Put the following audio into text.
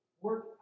work